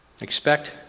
Expect